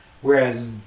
Whereas